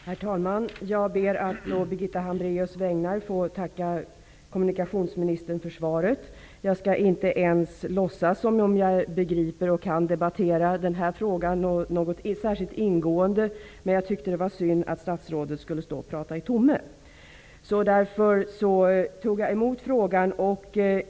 Herr talman! Jag ber å Birgitta Hambraeus vägnar att få tacka kommunikationsministern för svaret. Jag skall inte ens låtsas som om jag begriper och kan debattera denna fråga särskilt ingående. Men jag tyckte att det var synd att statsrådet skulle stå och prata i tomme, och därför tog jag emot svaret.